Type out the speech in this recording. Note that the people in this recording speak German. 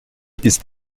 ist